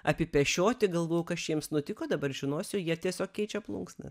apipešioti galvojau kas čia jiems nutiko dabar žinosiu jie tiesiog keičia plunksnas